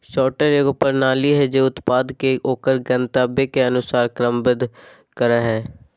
sorter एगो प्रणाली हइ जे उत्पाद के ओकर गंतव्य के अनुसार क्रमबद्ध करय हइ